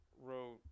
wrote